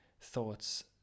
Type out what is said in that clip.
thoughts